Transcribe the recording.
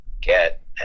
get